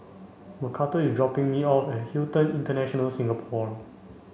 Macarthur is dropping me off at Hilton International Singapore